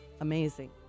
amazing